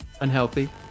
unhealthy